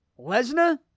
Lesnar